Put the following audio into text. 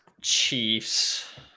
Chiefs